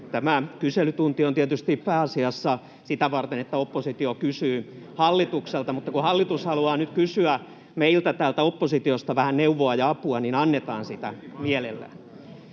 Tämä kyselytunti on tietysti pääasiassa sitä varten, että oppositio kysyy hallitukselta, mutta kun hallitus haluaa nyt kysyä meiltä täältä oppositiosta vähän neuvoa ja apua, niin annetaan sitä mielellämme: